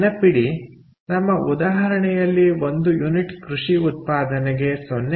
ನೆನಪಿಡಿ ನಮ್ಮ ಉದಾಹರಣೆಯಲ್ಲಿ ಒಂದು ಯೂನಿಟ್ ಕೃಷಿ ಉತ್ಪಾದನೆಗೆ 0